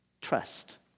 Trust